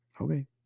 Okay